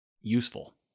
useful